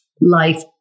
life